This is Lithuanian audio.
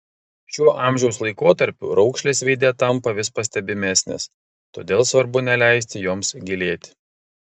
šiuo amžiaus laikotarpiu raukšlės veide tampa vis pastebimesnės todėl svarbu neleisti joms gilėti